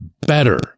better